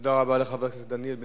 תודה רבה לחבר הכנסת דניאל בן-סימון.